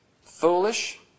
foolish